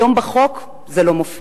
היום בחוק זה לא מופיע.